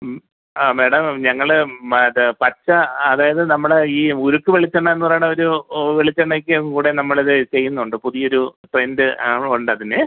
ആ മാഡം ഞങ്ങൾ അത് പച്ച ആ അതായത് നമ്മളുടെ ഈ ഉരുക്ക് വെളിച്ചെണ്ണാന്ന് പറയണൊരു ഓ വെളിച്ചെണ്ണയ്ക്ക് കൂടെ നമ്മളിത് ചെയ്യുന്നുണ്ട് പുതിയൊരു ട്രെൻഡ് ആവണുണ്ടതിന്